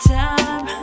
time